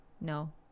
No